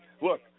look